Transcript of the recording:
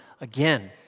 again